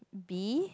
B